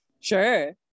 sure